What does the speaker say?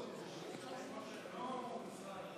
כבוד שר האוצר,